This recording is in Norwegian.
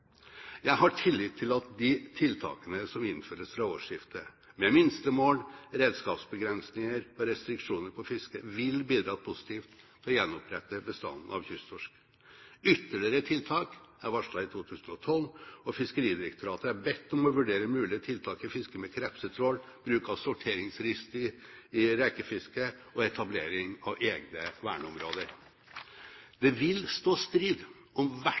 Jeg har tillit til at de tiltakene som innføres fra årsskiftet, med minstemål, redskapsbegrensninger og restriksjoner på fisket, vil bidra positivt til å gjenopprette bestanden av kysttorsk. Ytterligere tiltak er varslet i 2012, og Fiskeridirektoratet er bedt om å vurdere mulige tiltak i fisket med krepsetrål, bruk av sorteringsrist i rekefisket og etablering av egne verneområder. Det vil stå strid om hvert